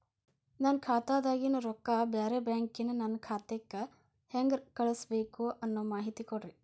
ನನ್ನ ಖಾತಾದಾಗಿನ ರೊಕ್ಕ ಬ್ಯಾರೆ ಬ್ಯಾಂಕಿನ ನನ್ನ ಖಾತೆಕ್ಕ ಹೆಂಗ್ ಕಳಸಬೇಕು ಅನ್ನೋ ಮಾಹಿತಿ ಕೊಡ್ರಿ?